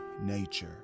nature